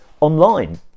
Online